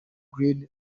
greene